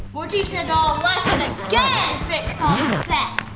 we'll teach the doll a lesson again if it comes back.